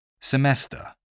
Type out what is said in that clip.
semester